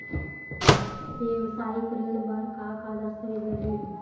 वेवसायिक ऋण बर का का दस्तावेज लगही?